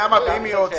ואם יהיה סגר?